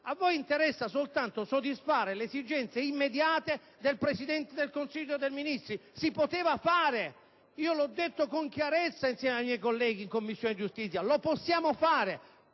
a voi interessa soltanto soddisfare le esigenze immediate del Presidente del Consiglio dei ministri. Si poteva fare, io l'ho detto con chiarezza insieme ai miei colleghi in Commissione giustizia: lo possiamo fare,